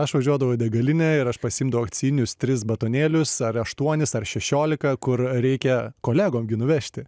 aš važiuodavau į degalinę ir aš pasiimdavau akcijinius tris batonėlius ar aštuonis ar šešiolika kur reikia kolegom gi nuvežti